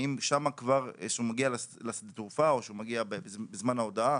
האם שם כבר כשהוא מגיע לשדה התעופה או שהוא מגיע בזמן ההודעה,